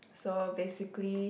so basically